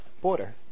border